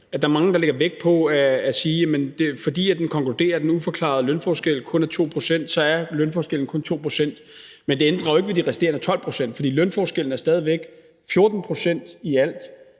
det her, hvor mange lægger vægt på, at fordi den konkluderer, at den uforklarede lønforskel kun er 2 pct., så er lønforskellen kun 2 pct., men det ændrer jo ikke ved de resterende 12 pct., for lønforskellen er jo stadig væk 14 pct.